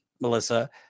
Melissa